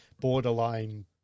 borderline